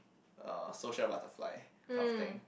uh social butterfly kind of thing